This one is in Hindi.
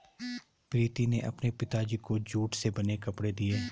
प्रीति ने अपने पिताजी को जूट से बने कपड़े दिए